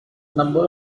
number